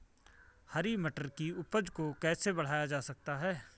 हरी मटर की उपज को कैसे बढ़ाया जा सकता है?